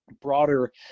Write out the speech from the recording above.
broader